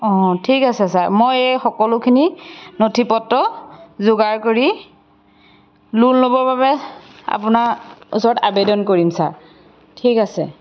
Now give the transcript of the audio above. অঁ ঠিক আছে ছাৰ মই এই সকলোখিনি নথিপত্ৰ যোগাৰ কৰি লোন ল'বৰ বাবে আপোনাৰ ওচৰত আবেদন কৰিম ছাৰ ঠিক আছে